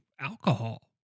alcohol